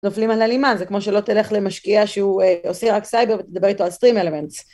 נופלים על הלימה, זה כמו שלא תלך למשקיע שהוא עושה רק סייבר ותדבר איתו על סטרים אלמנטס.